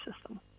system